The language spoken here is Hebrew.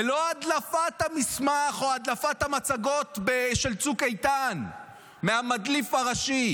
ולא הדלפת המסמך או הדלפת המצגות של צוק איתן מהמדליף הראשי,